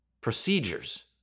procedures